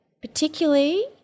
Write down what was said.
particularly